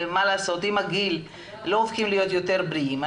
ועם הגיל לא הופכים להיות יותר בריאים,